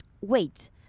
wait